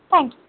thank